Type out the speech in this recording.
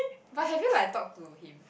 but have you like talk to him